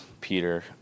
Peter